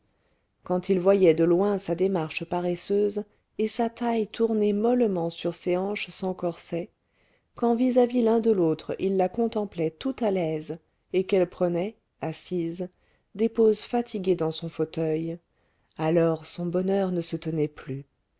quand il voyait de loin sa démarche paresseuse et sa taille tourner mollement sur ses hanches sans corset quand vis-à-vis l'un de l'autre il la contemplait tout à l'aise et qu'elle prenait assise des poses fatiguées dans son fauteuil alors son bonheur ne se tenait plus